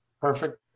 perfect